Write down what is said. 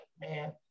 man